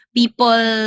people